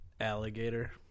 alligator